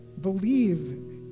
believe